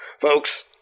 folks